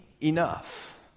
enough